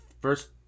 first